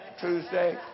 Tuesday